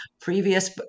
previous